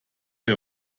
wir